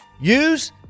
use